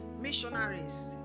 missionaries